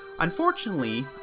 Unfortunately